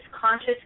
conscious